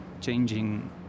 changing